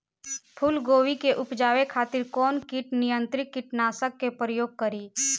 फुलगोबि के उपजावे खातिर कौन कीट नियंत्री कीटनाशक के प्रयोग करी?